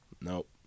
Nope